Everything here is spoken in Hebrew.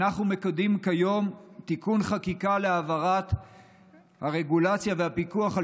אנחנו מקדמים כיום תיקון חקיקה להעברת הרגולציה והפיקוח על